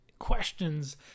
questions